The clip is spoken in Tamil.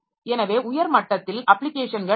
எனவே உயர் மட்டத்தில் அப்ளிகேஷன்கள் உள்ளன